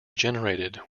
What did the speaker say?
generated